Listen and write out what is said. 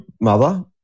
mother